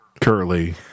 Curly